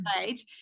page